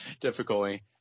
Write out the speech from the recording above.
difficulty